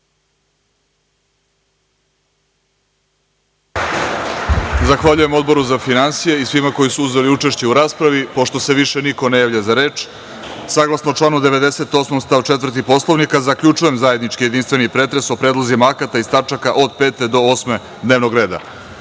Zahvaljujem Odboru za finansije i svima koji su uzeli učešće u raspravi. Pošto se više niko ne javlja za reč, saglasno članu 98. stav 4. Poslovnika, zaključujem zajednički jedinstveni pretres o predlozima akata iz tačaka od 5. do 8. dnevnog reda. Hvala